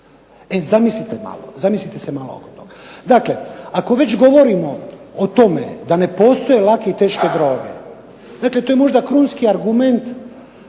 legalizaciju. E, zamislite se malo oko toga. Dakle, ako već govorimo o tome da ne postoje lake i teške droge. Dakle, to je možda krunski argument